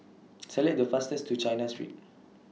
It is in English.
Select The fastest to China Street